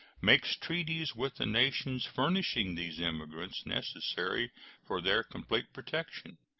makes treaties with the nations furnishing these immigrants necessary for their complete protection.